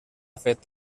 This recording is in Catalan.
fet